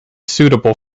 suitable